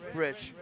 rich